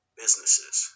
businesses